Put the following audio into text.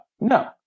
no